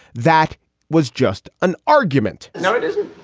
that was just an argument. no, it isn't.